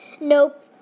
Nope